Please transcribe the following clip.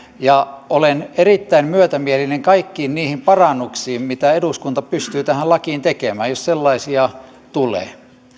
ja olen erittäin myötämielinen kaikkia niitä parannuksia kohtaan mitä eduskunta pystyy tähän lakiin tekemään jos sellaisia tulee